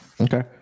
Okay